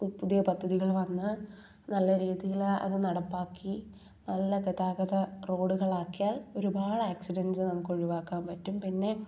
പുതിയ പദ്ധതികൾ വന്ന് നല്ല രീതിയിൽ അത് നടപ്പാക്കി നല്ല ഗതാഗത റോഡുകൾ ആക്കിയാൽ ഒരുപാട് ആക്സിഡൻറ്റ്സ് നമുക്ക് ഒഴിവാക്കാൻ പറ്റും പിന്നെ